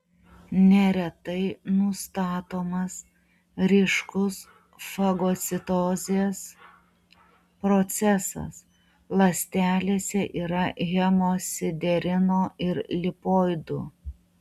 neretai nustatomas ryškus fagocitozės procesas ląstelėse yra hemosiderino ir lipoidų